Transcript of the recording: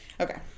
Okay